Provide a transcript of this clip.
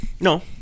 No